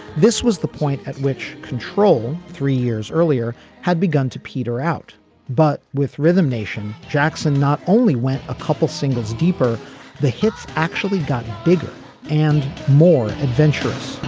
this was the point at which control three years earlier had begun to peter out but with rhythm nation jackson not only went a couple singles deeper the hits actually got bigger and more adventurous